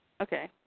Okay